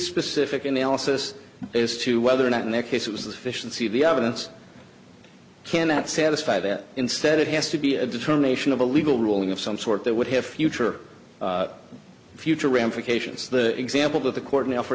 specific analysis as to whether or not in their case it was the fish and see the evidence cannot satisfy that instead it has to be a determination of a legal ruling of some sort that would have future future ramifications the example of the court